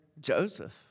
Joseph